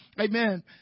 Amen